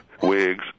wigs